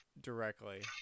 Directly